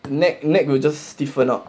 neck neck will just stiffen up